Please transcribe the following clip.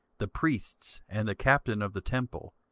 the priests, and the captain of the temple,